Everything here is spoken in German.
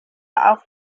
auch